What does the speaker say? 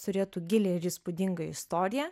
turėtų gilią ir įspūdingą istoriją